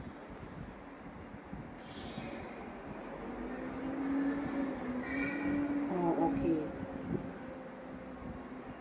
oh okay